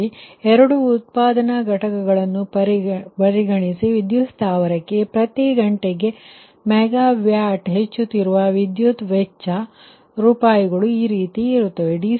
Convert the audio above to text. ಆದ್ದರಿಂದ ಎರಡು ಉತ್ಪಾದನಾ ಘಟಕಗಳನ್ನು ಪರಿಗಣಿಸಿ ವಿದ್ಯುತ್ ಸ್ಥಾವರಕ್ಕೆ ಪ್ರತಿ ಗಂಟೆಗೆ ಮೆಗಾವ್ಯಾಟ್ ಹೆಚ್ಚುತ್ತಿರುವ ಇಂಧನ ವೆಚ್ಚ ರೂಪಾಯಿಗಳು ಈ ರೀತಿ ಇವೆ dC1dPg10